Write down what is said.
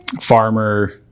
farmer